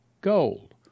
gold